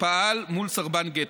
פעל מול סרבן גט.